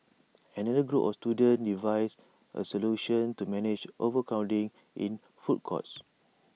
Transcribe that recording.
another group of students devised A solution to manage overcrowding in food courts